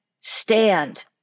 stand